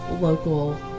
local